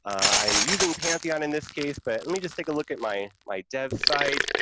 i'm using pantheon in this case, but let me just take a look at my my dev site.